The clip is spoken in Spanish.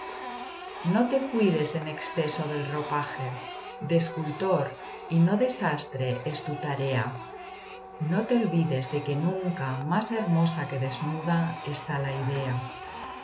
no te cuides en exceso del ropaje de escultor y no de sastre es tu tarea no te olvides de que nunca más hermosa que desnuda está la idea